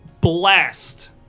blast